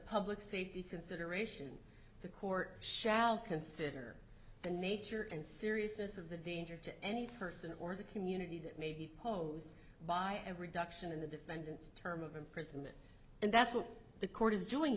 public safety consideration the court shall consider the nature and seriousness of the danger to any person or the community that may be posed by every duction in the defendant's term of imprisonment and that's what the court is doing